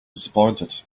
disappointed